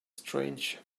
strange